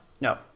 No